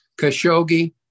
Khashoggi